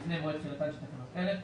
לפני מועד תחילתן של תקנות אלה,